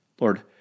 Lord